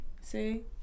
See